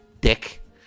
Dick